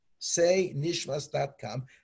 saynishmas.com